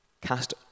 Cast